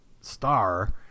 star